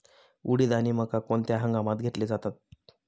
उडीद आणि मका कोणत्या हंगामात घेतले जातात?